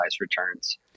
returns